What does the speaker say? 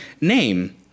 name